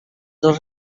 dos